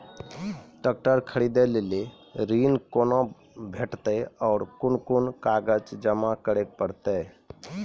Tractor खरीदै लेल ऋण कुना भेंटते और कुन कुन कागजात जमा करै परतै?